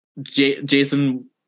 Jason